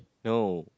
no